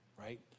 right